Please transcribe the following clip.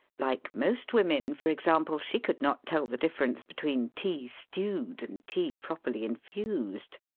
like most women, for example, she could not tell the difference between tea stewed and tea properly infused.